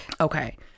Okay